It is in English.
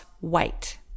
wait